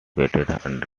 located